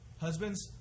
Husbands